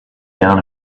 down